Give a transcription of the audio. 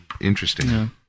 interesting